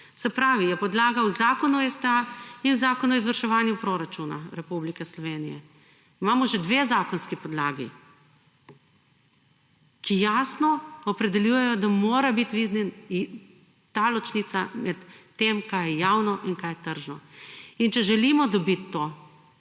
Se pravi, je podlaga v zakonu o STA in v zakonu o izvrševanju proračuna Republike Slovenije. Imamo že dve zakonski podlagi, ki jasno opredeljujejo, da mora biti ta ločnica med tem kaj je javno in kaj tržno. In če želimo dobiti to